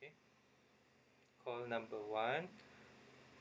okay call number one